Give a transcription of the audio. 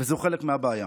וזה חלק מהבעיה.